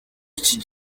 iki